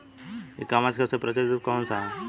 E commerce क सबसे प्रचलित रूप कवन सा ह?